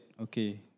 okay